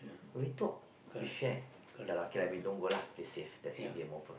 when we talk we share ya lah okay lah we save that's it game over